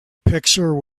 picture